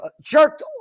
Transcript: jerked